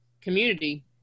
community